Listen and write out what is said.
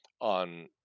on